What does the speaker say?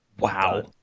Wow